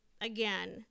again